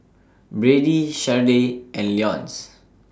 Brady Sharday and Leonce